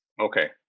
Okay